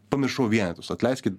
pamiršau vienetus atleiskit